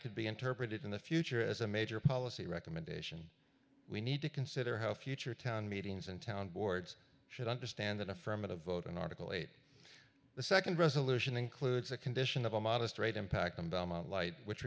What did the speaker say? could be interpreted in the future as a major policy recommendation we need to consider how future town meetings and town boards should understand that affirmative vote in article eight the nd resolution includes a condition of a modest rate impact on belmont light which